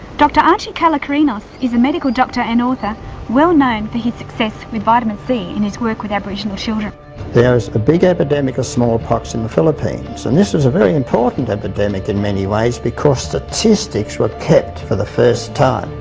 dr. archie kalokerinos is a medical doctor and author well known, for his success with vitamin c in his work with aboriginal children there is a big epidemic, of smallpox, in the philippines and this is a very important epidemic, in many ways because statistics, were kept for the first time